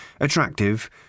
attractive